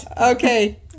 Okay